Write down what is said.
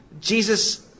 Jesus